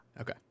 Okay